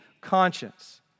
conscience